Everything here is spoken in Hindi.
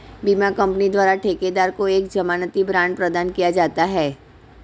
बीमा कंपनी द्वारा ठेकेदार को एक जमानती बांड प्रदान किया जाता है